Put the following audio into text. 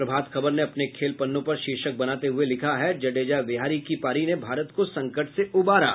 प्रभात खबर ने अपने खेल पन्नों पर शीर्षक बनाते हुये लिखा है जडेजा विहारी की पारी ने भारत को संकट से उबारा